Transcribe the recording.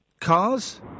Cars